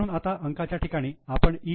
म्हणून आता अंकाच्या ठिकाणी आपण ई